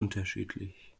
unterschiedlich